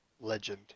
legend